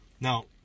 now